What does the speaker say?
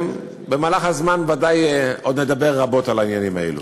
במהלך הזמן ודאי עוד נדבר רבות על העניינים האלה.